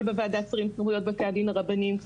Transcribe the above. בוועדה סמכויות בתי הוועדים הרבניים.